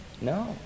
No